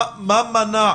מה מנע